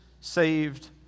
saved